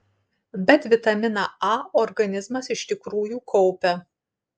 bet vitaminą a organizmas iš tikrųjų kaupia